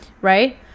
right